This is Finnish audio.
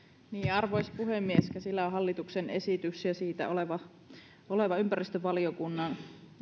arvoisa puhemies käsillä on hallituksen esitys ja siitä oleva oleva ympäristövaliokunnan